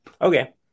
Okay